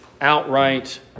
outright